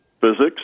physics